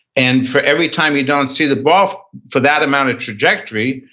and for every time you don't see the ball for that amount of trajectory,